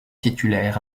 titulaire